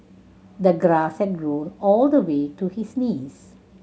the grass had grown all the way to his knees